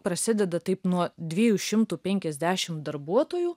prasideda taip nuo dviejų šimtų penkisdešim darbuotojų